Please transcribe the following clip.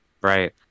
right